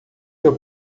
seu